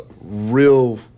real